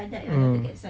mm